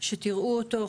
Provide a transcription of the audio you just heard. שתראו אותו.